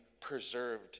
preserved